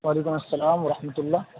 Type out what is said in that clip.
وعلیکم السلام و رحمت اللہ